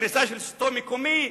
קריסה של שלטון מקומי,